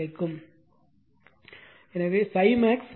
எனவே ∅max 0